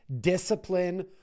discipline